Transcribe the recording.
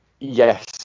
Yes